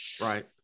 Right